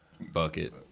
Bucket